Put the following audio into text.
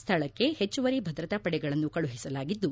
ಸ್ಥಳಳ್ಳೆ ಹೆಚ್ಚುವರಿ ಭದ್ರತಾಪಡೆಗಳನ್ನು ಕಳುಹಿಸಲಾಗಿದ್ದು